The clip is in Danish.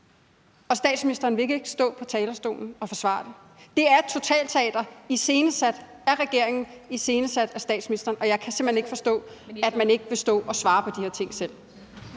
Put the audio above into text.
men statsministeren vil ikke stå på talerstolen og forsvare det. Det er totalteater iscenesat af regeringen, iscenesat af statsministeren, og jeg kan simpelt hen ikke forstå, at man ikke vil stå og svare på de her ting selv.